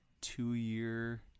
two-year